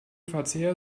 verzehr